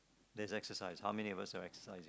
there's exercise how many of us are exercising